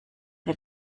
der